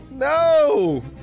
No